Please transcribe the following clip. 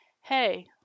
Hey